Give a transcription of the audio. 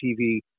TV